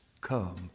come